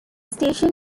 station